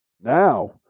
Now